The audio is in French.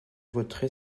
voterai